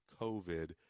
COVID